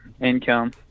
income